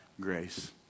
grace